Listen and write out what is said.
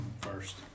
First